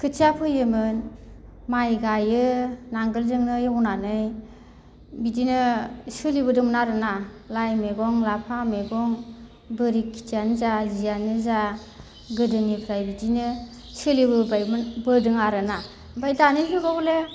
खोथिया फोयोमोन माइ गायो नांगोलजोंनो एवनानै बिदिनो सोलिबोदोंमोन आरोना लाइ मैगं लाफा मैगं बोरि खिथियानो जा जियानो जा गोदोनिफ्राय बिदिनो सोलिबोबायमोन बोदों आरोना ओमफ्राय दानि जुगाव हले